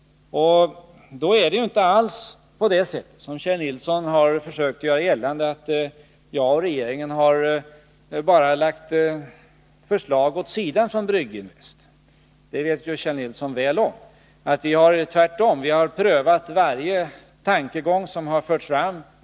Då är det inte alls på det sättet som Kjell Nilsson har försökt göra gällande att jag och regeringen bara lagt förslag åt sidan som kommit från Brygginvest. Kjell Nilsson känner väl till att vi mycket seriöst prövat varje tankegång som förts fram.